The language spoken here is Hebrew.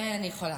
את זה אני יכולה,